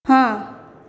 ହଁ